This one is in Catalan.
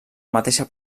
mateixa